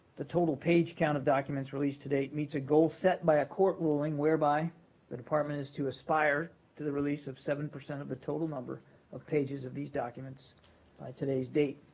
the total page count of documents released to date meets a goal set by a court ruling whereby the department is to aspire to the release of seven percent of the total number of pages of these documents by today's date.